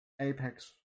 Apex